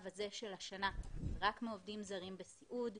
הזה של השנה רק מעובדים זרים בסיעוד.